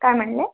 काय म्हणाले